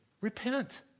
Repent